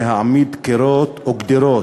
להעמיד קירות או גדרות,